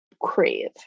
crave